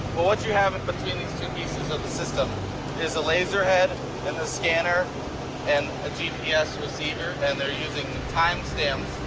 what you have in between these two pieces of the system is a laser head and a scanner and a gps receiver, and they're using time stamps.